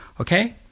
Okay